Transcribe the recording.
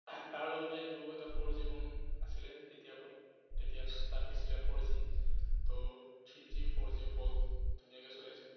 তাৰ লগতে এইটো এটা ফ'ৰ জি ফোন আছিলে তেতিয়াৰপৰা তেতিয়া ষ্টাৰ্ট হৈছিলে ফ'ৰ জি ত' three G four G VoLTE ধুনীয়াকৈ চলাইছিল